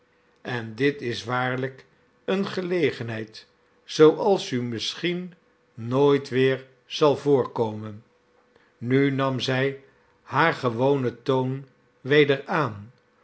en dit is waarlijk eene gelegenheid zooals u misschien nooit weer zal voorkomen nu nam zij haar gewonen toon weder aan